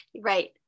Right